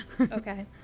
Okay